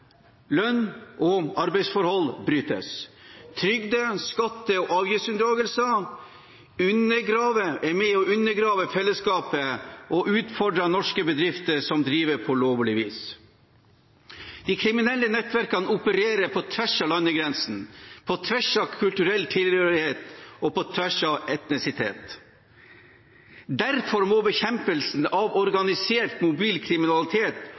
lønn og arbeidsforhold brytes. Trygde-, skatte- og avgiftsunndragelser er med og undergraver fellesskapet og utfordrer norske bedrifter som driver på lovlig vis. De kriminelle nettverkene opererer på tvers av landegrensene, på tvers av kulturell tilhørighet og på tvers av etnisitet. Derfor må bekjempelsen av